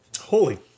holy